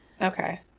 Okay